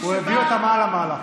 הוא הביא אותה מעלה-מעלה.